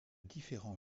différents